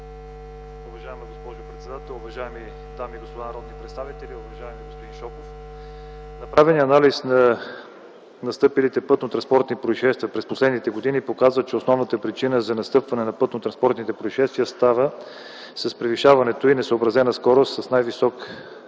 Уважаема госпожо председател, уважаеми дами и господа народни представители, уважаеми господин Шопов! Направеният анализ на настъпилите пътнотранспортни произшествия през последните години показва, че основната причина за настъпване на пътнотранспортните произшествия става с превишаването и несъобразената скорост, с най-висок дял на